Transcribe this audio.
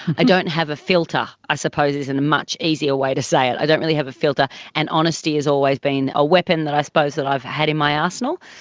i don't have a filter, i suppose is and a much easier way to say it, i don't really have a filter, and honesty has always been a weapon that i suppose that i've had in my arsenal.